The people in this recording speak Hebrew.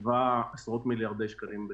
שווה עשרות מיליארדי שקלים בשנה.